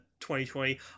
2020